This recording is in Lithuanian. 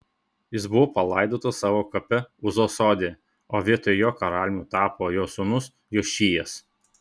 jis buvo palaidotas savo kape uzos sode o vietoj jo karaliumi tapo jo sūnus jošijas